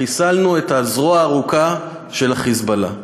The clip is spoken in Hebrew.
חיסלנו את הזרוע הארוכה של ה"חיזבאללה".